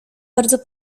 bardzo